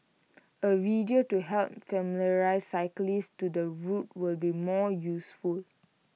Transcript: A video to help familiarise cyclists to the route will be more useful